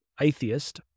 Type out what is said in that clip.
atheist